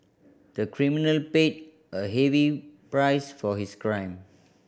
the criminal paid a heavy price for his crime